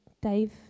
Dave